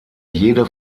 jede